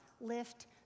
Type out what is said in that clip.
lift